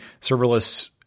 serverless